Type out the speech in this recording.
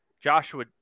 Joshua